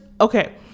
Okay